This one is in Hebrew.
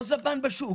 לא זבן בשוק,